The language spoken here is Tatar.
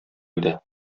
иде